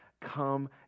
come